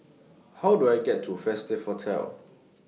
How Do I get to Festive Hotel